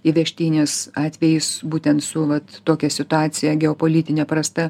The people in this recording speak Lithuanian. įvežtinis atvejis būtent su vat tokia situacija geopolitine prasta